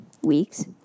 weeks